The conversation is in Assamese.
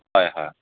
হয় হয়